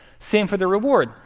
same for the reward.